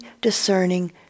discerning